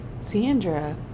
Sandra